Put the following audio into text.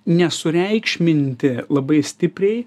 nesureikšminti labai stipriai